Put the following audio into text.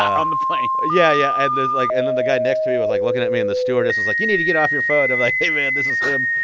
on the plane yeah, yeah. and there's, like and then the guy next to me was, like, looking at me. and the stewardess was like, you need to get off your phone. i'm like, hey, man, this is him.